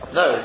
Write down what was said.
no